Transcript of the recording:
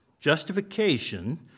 Justification